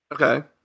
Okay